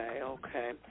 okay